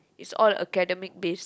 it's all academic based